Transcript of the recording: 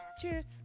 cheers